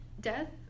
death